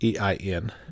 EIN